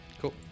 cool